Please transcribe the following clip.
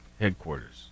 Headquarters